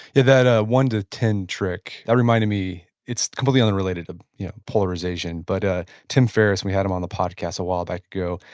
that ah one to ten trick, that reminded me. it's completely unrelated to polarization, but ah tim ferris, we had him on the podcast a while back ago.